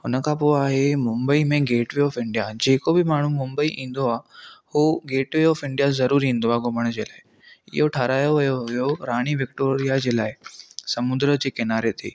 हुन खां पोइ आहे मुंबई में गेटवे ऑफ इंडिया जेको बि माण्हू मुंबई ईंदो आहे हू गेटवे ऑफ इंडिया ज़रूरु ईंदो आहे घुमणु जे लाइ इहो ठारायो वयो हुयो राणी विक्टोरिया जे लाइ समुंडु जे किनारे ते